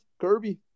Kirby